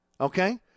okay